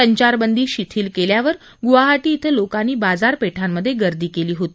संचारबंदी शिथील केल्यावर गुवाहाटी विं लोकांनी बाजारपेठांमधे गर्दी केली होती